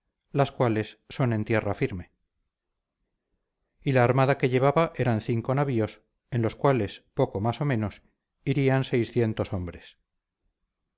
las cuales son en tierra firme y la armada que llevaba eran cinco navíos en los cuales poco más o menos irían seiscientos hombres